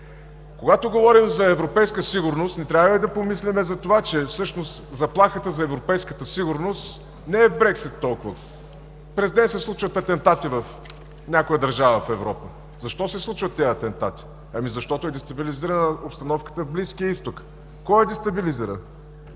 Когато говорим за европейска сигурност, не трябва ли да помислим, че всъщност заплахата за европейската сигурност не е толкова Брекзит. През ден се случват атентати в някоя държава в Европа. Защо се случват тези атентати? Защото е дестабилизирана обстановката в Близкия изток. Кой я дестабилизира?